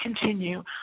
continue